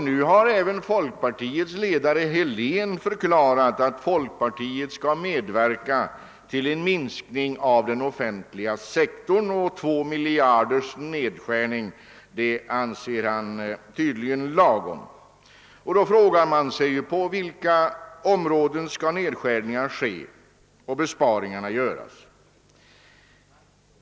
Nu har folkpartiets ledare herr Helén förklarat att även folkpartiet skall medverka till en minskning av den offentliga sektorn, och han anser tydligen en nedskärning med 2 miljarder vara lagom. Man frågar sig då, på vilka områden nedskärningar skall ske och besparingar göras.